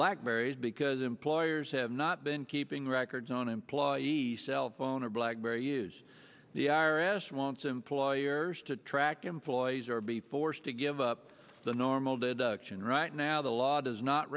blackberries because employers have not been keeping records own employees cellphone or blackberry use the i r s wants employers to track employees or be forced to give up the normal deduction right now the law does not